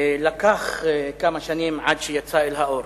לקח כמה שנים עד שיצא אל האור.